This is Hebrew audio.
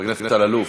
חבר הכנסת אלאלוף,